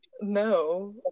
No